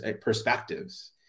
perspectives